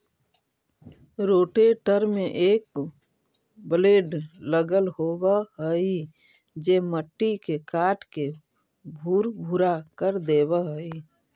rotator में एक blade लगल होवऽ हई जे मट्टी के काटके भुरभुरा कर देवऽ हई